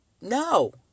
no